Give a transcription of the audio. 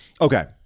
Okay